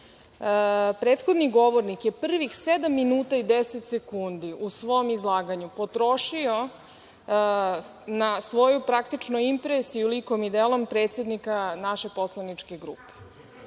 Prethodni govornik je prvih sedam minuta i deset sekundi u svom izlaganju potrošio na svoju praktično impresiju likom i delom predsednika naše poslaničke grupe.